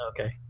Okay